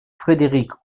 frédéric